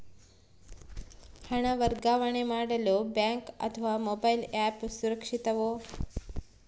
ಹಣ ವರ್ಗಾವಣೆ ಮಾಡಲು ಬ್ಯಾಂಕ್ ಅಥವಾ ಮೋಬೈಲ್ ಆ್ಯಪ್ ಸುರಕ್ಷಿತವೋ?